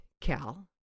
Cal